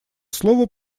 слово